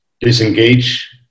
disengage